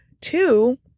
two